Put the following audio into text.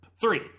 three